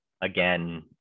again